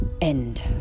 end